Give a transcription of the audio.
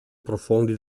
profondi